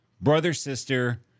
brother-sister